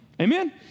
Amen